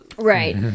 Right